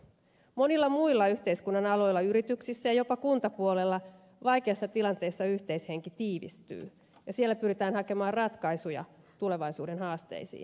monilla muilla yhteiskunnan aloilla yrityksissä ja jopa kuntapuolella vaikeassa tilanteessa yhteishenki tiivistyy ja siellä pyritään hakemaan ratkaisuja tulevaisuuden haasteisiin